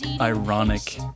ironic